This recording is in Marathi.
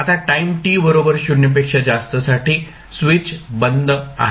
आता टाईम t बरोबर 0 पेक्षा जास्तसाठी स्विच बंद आहे